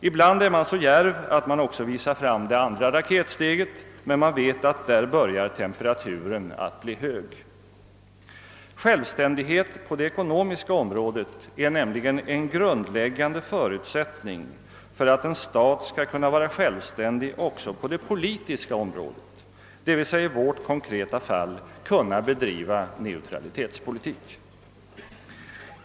Ibland är man så djärv att man också visar fram det andra raketsteget, men man vet att då börjar temperaturen bli hög. Självständighet på det ekonomiska området är nämligen en grundläggande förutsättning för att en stat skall kunna vara självständig även på det politiska området, d.v.s, i vårt konkreta fall kunna bedriva neutralitetspolitik.